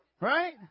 right